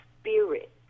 Spirit